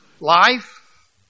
Life